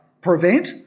prevent